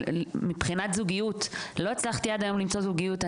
מבחינת זוגיות, לא הצלחתי עד היום למצוא זוגיות.